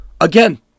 Again